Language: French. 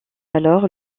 alors